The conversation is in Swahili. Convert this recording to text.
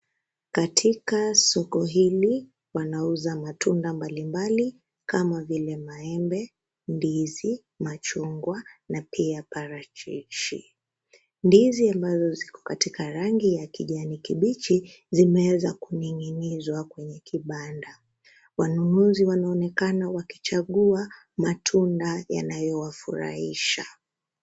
Katika soko hili, wanauza matunda mbalimbali kama vile maembe, ndizi, machungwa na pia parachichi. Ndizi ambazo ziko katika rangi ya kijani kibichi, zimeweza kuning'inizwa kwenye kibanda. Wanunuzi wanaonekana wakichagua matunda yanayo wafurahisha.